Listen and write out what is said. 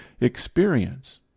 Experience